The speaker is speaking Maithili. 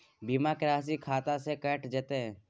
बीमा के राशि खाता से कैट जेतै?